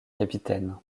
capitaine